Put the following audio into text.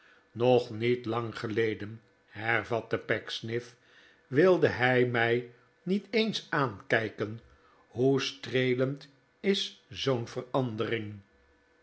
nog niet lang geleden hervatte pecksniff wilde hij mij niet eens aankijken hoe streelend is zoo'n verandering